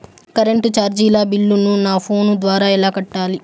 Current చార్జీల బిల్లును, నా ఫోను ద్వారా ఎలా కట్టాలి?